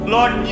Lord